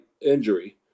injury